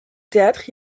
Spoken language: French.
théâtre